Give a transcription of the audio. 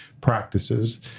practices